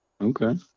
Okay